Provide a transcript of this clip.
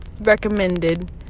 recommended